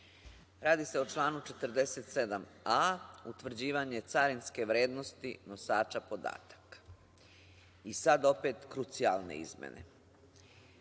Radi se o članu 47a – utvrđivanje carinske vrednosti nosača podataka, i sad opet krucijalne izmene.